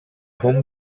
home